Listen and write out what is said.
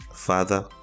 Father